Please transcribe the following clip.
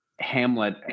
Hamlet